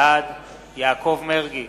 בעד יעקב מרגי,